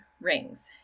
rings